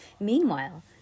Meanwhile